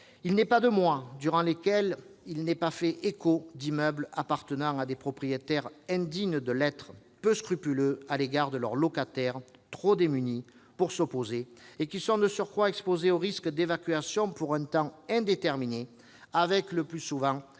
Il n'est pas de mois durant lesquels il n'est pas fait écho d'immeubles appartenant à des propriétaires indignes de l'être, peu scrupuleux à l'égard de leurs locataires trop démunis pour s'opposer, lesquels sont de surcroît exposés au risque d'évacuation pour un temps indéterminé avec le plus souvent